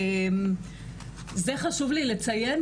זה חשוב לי לציין,